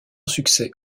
succès